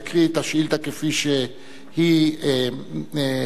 יקריא את השאילתא כפי שהיא נוסחה,